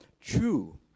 True